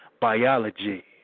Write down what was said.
biology